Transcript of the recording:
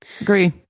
agree